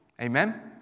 Amen